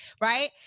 right